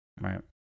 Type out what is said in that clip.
Right